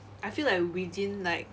I feel like within like